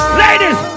ladies